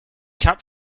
cap